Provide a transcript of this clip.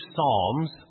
Psalms